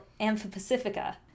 Amphipacifica